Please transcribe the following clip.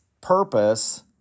purpose—